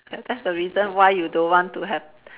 that's the reason why you don't want to have